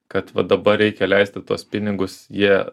kad va dabar reikia leisti tuos pinigus jie